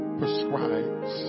prescribes